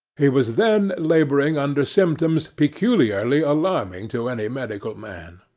he was then labouring under symptoms peculiarly alarming to any medical man.